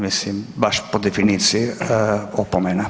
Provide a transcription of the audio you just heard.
Mislim, baš po definiciji, opomena.